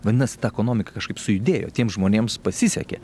vadinasi ta ekonomika kažkaip sujudėjo tiems žmonėms pasisekė